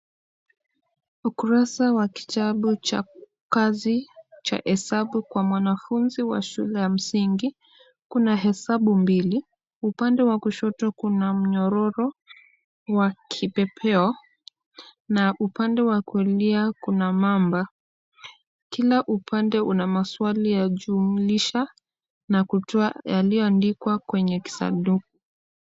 Ukurasa wa kitabu cha kazi cha hesabu kwa mwanafunzi wa shule ya msingi. Kuna hesabu mbili. Upande wa kushoto kuna mnyororo wa kipepeo na upande wa kulia kuna mamba. Kila upande una maswali ya jumulisha na kutoa yaliyoandikwa kwenye kisanduku.